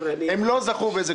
הם לא זכו בזה.